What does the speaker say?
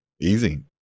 easy